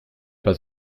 pas